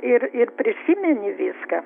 ir ir prisimeni viską